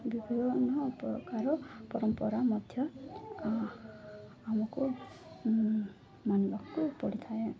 ବିଭିନ୍ନ ପ୍ରକାର ପରମ୍ପରା ମଧ୍ୟ ଆମକୁ ମାନିବାକୁ ପଡ଼ିଥାଏ